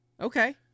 Okay